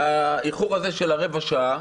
האיחור הזה של הרבע שעה